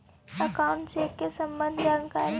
Account check के सम्बन्ध जानकारी?